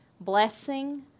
blessing